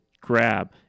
grab